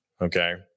Okay